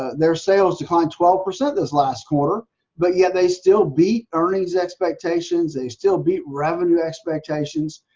their sales declined twelve percent this last quarter but yet they still beat earnings expectations, they still beat revenue expectations.